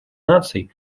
наций